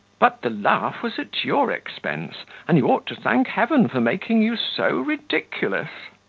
but the laugh was at your expense and you ought to thank heaven for making you so ridiculous.